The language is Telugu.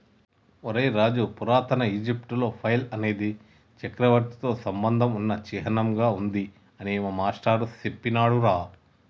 ఒరై రాజు పురాతన ఈజిప్టులో ఫైల్ అనేది చక్రవర్తితో సంబంధం ఉన్న చిహ్నంగా ఉంది అని మా మాష్టారు సెప్పినాడురా